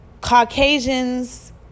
Caucasians